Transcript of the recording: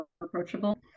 approachable